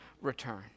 return